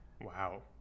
Wow